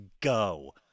go